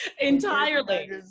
entirely